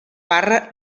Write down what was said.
barra